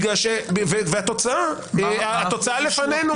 והתוצאה לפנינו.